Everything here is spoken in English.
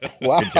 Wow